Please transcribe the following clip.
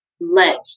let